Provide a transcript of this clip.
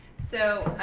so,